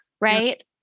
right